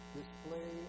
display